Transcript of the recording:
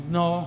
no